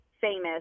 famous